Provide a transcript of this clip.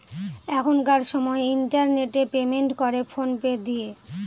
এখনকার সময় internet payment করে ফোন পে দিয়ে